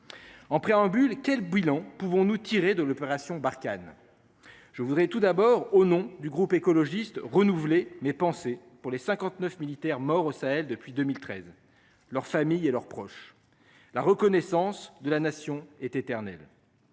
En préambule, quel bilan pouvons-nous tirer de l'opération Barkhane. Je voudrais tout d'abord au nom du groupe écologiste renouveler mes pensées pour les 59 militaires morts au Sahel depuis 2013. Leurs familles et leurs proches. La reconnaissance de la nation est éternel.